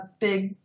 big